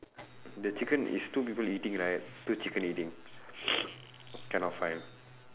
the chicken is two people eating right two chicken eating cannot find